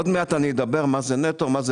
עוד מעט אני אדבר על מה זה נטו ומה זה